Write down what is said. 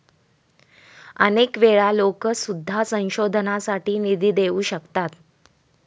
अनेक वेळा लोकं सुद्धा संशोधनासाठी निधी देऊ शकतात